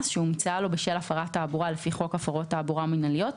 שהומצאה לו בשל הפרת התעבורה לפי חוק הפרות תעבורה מינהליות,